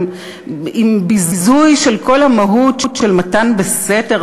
עם ביזוי של כל המהות של מתן בסתר,